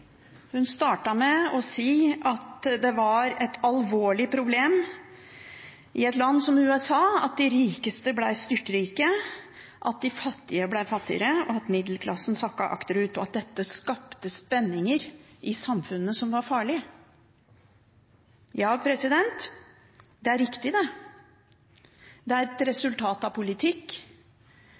Hun startet med å si at det var et alvorlig problem i et land som USA at de rikeste ble styrtrike, at de fattige ble fattigere, at middelklassen sakket akterut, og at dette skapte spenninger i samfunnet som var farlig. Ja, det er riktig, det. Det er et resultat av politikk,